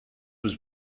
was